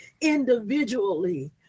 individually